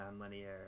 non-linear